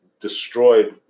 destroyed